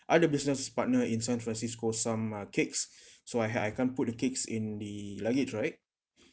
other business partner in san francisco some uh cakes so I had I can't put the cakes in the luggage right